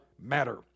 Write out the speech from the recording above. matter